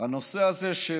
הנושא הזה,